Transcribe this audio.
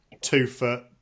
two-foot